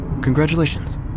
Congratulations